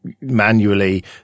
manually